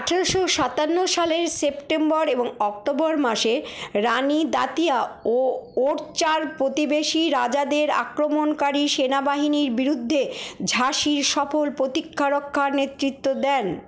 আঠারো সাত্তান্ন সালের সেপ্টেম্বর এবং অক্টোবর মাসে রানি দাতিয়া ও ওরচার প্রতিবেশী রাজাদের আক্রমণকারী সেনাবাহিনীর বিরুদ্ধে ঝাঁসির সফল প্রতিরক্ষার নেতৃত্ব দেন